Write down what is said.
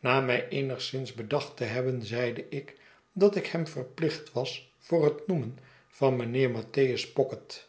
na mij eenigszins bedacht te hebben zeide ik dat ik hem verplicht was voor het noemen van mijnheer mattheus pocket